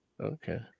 Okay